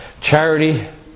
Charity